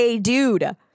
dude